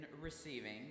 receiving